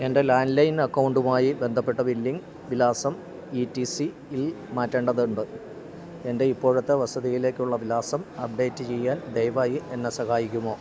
എൻ്റെ ലാൻഡ്ലൈൻ അകൗണ്ടുമായി ബന്ധപ്പെട്ട ബില്ലിംഗ് വിലാസം ഇ ടി സിയില് മാറ്റേണ്ടതുണ്ട് എൻ്റെ ഇപ്പോഴത്തെ വസതിയിലേക്കുള്ള വിലാസം അപ്ഡേറ്റ് ചെയ്യാൻ ദയവായി എന്നെ സഹായിക്കുമോ